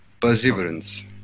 perseverance